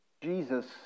Jesus